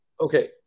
okay